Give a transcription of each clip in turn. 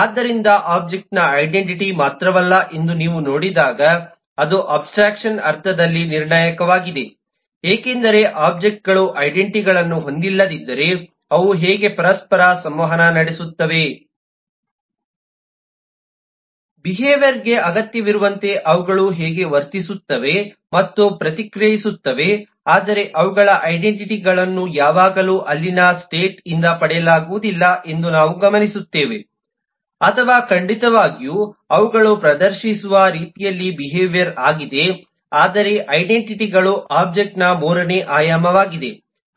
ಆದ್ದರಿಂದ ಒಬ್ಜೆಕ್ಟ್ನ ಐಡೆಂಟಿಟಿ ಮಾತ್ರವಲ್ಲ ಎಂದು ನೀವು ನೋಡಿದಾಗ ಅದು ಅಬ್ಸ್ಟ್ರಾಕ್ಷನ್ ಅರ್ಥದಲ್ಲಿ ನಿರ್ಣಾಯಕವಾಗಿದೆ ಏಕೆಂದರೆ ಒಬ್ಜೆಕ್ಟ್ಗಳು ಐಡೆಂಟಿಟಿಗಳನ್ನು ಹೊಂದಿಲ್ಲದಿದ್ದರೆ ಅವು ಹೇಗೆ ಪರಸ್ಪರ ಸಂವಹನ ನಡೆಸುತ್ತವೆ ಬಿಹೇವಿಯರ್ಗೆ ಅಗತ್ಯವಿರುವಂತೆ ಅವುಗಳು ಹೇಗೆ ವರ್ತಿಸುತ್ತವೆ ಮತ್ತು ಪ್ರತಿಕ್ರಿಯಿಸುತ್ತವೆ ಆದರೆ ಅವುಗಳು ಐಡೆಂಟಿಟಿಗಳನ್ನು ಯಾವಾಗಲೂ ಅಲ್ಲಿನ ಸ್ಟೇಟ್ ಇಂದ ಪಡೆಯಲಾಗುವುದಿಲ್ಲ ಎಂದು ನಾವು ಗಮನಿಸುತ್ತೇವೆ ಅಥವಾ ಖಂಡಿತವಾಗಿಯೂ ಅವುಗಳು ಪ್ರದರ್ಶಿಸುವ ರೀತಿಯ ಬಿಹೇವಿಯರ್ ಆಗಿದೆ ಆದರೆ ಐಡೆಂಟಿಟಿಗಳು ಒಬ್ಜೆಕ್ಟ್ನ ಮೂರನೇ ಆಯಾಮವಾಗಿದೆ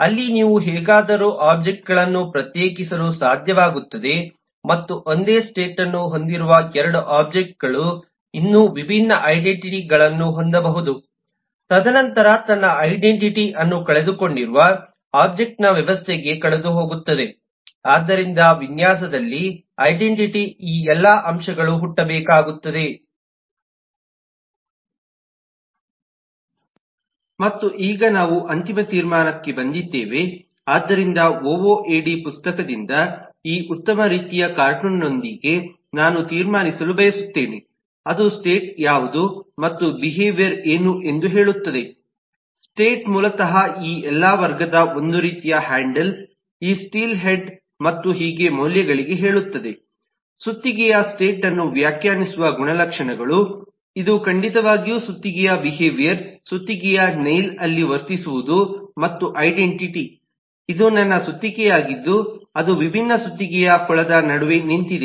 ಅಲ್ಲಿ ನೀವು ಹೇಗಾದರೂ ಒಬ್ಜೆಕ್ಟ್ಗಳನ್ನು ಪ್ರತ್ಯೇಕಿಸಲು ಸಾಧ್ಯವಾಗುತ್ತದೆ ಮತ್ತು ಒಂದೇ ಸ್ಟೇಟ್ ಅನ್ನು ಹೊಂದಿರುವ 2 ಒಬ್ಜೆಕ್ಟ್ಗಳು ಇನ್ನೂ ವಿಭಿನ್ನ ಐಡೆಂಟಿಟಿಗಳನ್ನು ಹೊಂದಬಹುದು ತದನಂತರ ತನ್ನ ಐಡೆಂಟಿಟಿ ಅನ್ನು ಕಳೆದುಕೊಂಡಿರುವ ಒಬ್ಜೆಕ್ಟ್ನ ವ್ಯವಸ್ಥೆಗೆ ಕಳೆದುಹೋಗುತ್ತದೆ ಆದ್ದರಿಂದ ವಿನ್ಯಾಸದಲ್ಲಿ ಐಡೆಂಟಿಟಿಯ ಈ ಎಲ್ಲಾ ಅಂಶಗಳು ಹುಟ್ಟಬೇಕಾಗುತ್ತದೆ ಮತ್ತು ಈಗ ನಾವು ಅಂತಿಮ ತೀರ್ಮಾನಕ್ಕೆ ಬಂದಿದ್ದೇವೆ ಆದ್ದರಿಂದ OOADಓಓಎಡಿ ಪುಸ್ತಕದಿಂದ ಈ ಉತ್ತಮ ರೀತಿಯ ಕಾರ್ಟೂನ್ನೊಂದಿಗೆ ನಾನು ತೀರ್ಮಾನಿಸಲು ಬಯಸುತ್ತೇನೆ ಅದು ಸ್ಟೇಟ್ ಯಾವುದು ಮತ್ತು ಬಿಹೇವಿಯರ್ ಏನು ಎಂದು ಹೇಳುತ್ತದೆ ಸ್ಟೇಟ್ ಮೂಲತಃ ಈ ಎಲ್ಲಾ ವರ್ಗದ 1 ರೀತಿಯ ಹ್ಯಾಂಡಲ್ ಈ ಸ್ಟೀಲ್ ಹೆಡ್ ಮತ್ತು ಹೀಗೆ ಮೌಲ್ಯಗಳಿಗೆ ಹೇಳುತ್ತದೆ ಸುತ್ತಿಗೆಯ ಸ್ಟೇಟ್ ಅನ್ನು ವ್ಯಾಖ್ಯಾನಿಸುವ ಗುಣಲಕ್ಷಣಗಳು ಇದು ಖಂಡಿತವಾಗಿಯೂ ಸುತ್ತಿಗೆಯ ಬಿಹೇವಿಯರ್ ಸುತ್ತಿಗೆಯ ನೈಲ್ ಅಲ್ಲಿ ವರ್ತಿಸುವುದು ಮತ್ತು ಐಡೆಂಟಿಟಿ ಇದು ನನ್ನ ಸುತ್ತಿಗೆಯಾಗಿದ್ದು ಅದು ವಿಭಿನ್ನ ಸುತ್ತಿಗೆಯ ಕೊಳದ ನಡುವೆ ನಿಂತಿದೆ